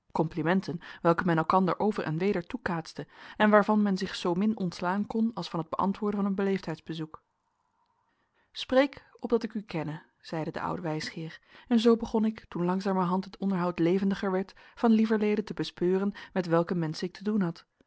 komplimenten welke men elkander over en weder toekaatste en waarvan men zich zoomin ontslaan kon als van het beantwoorden van een beleefdheidsbezoek spreek opdat ik u kenne zeide de oude wijsgeer en zoo begon ik toen langzamerhand het onderhoud levendiger werd van lieverlede te bespeuren met welke menschen ik te doen had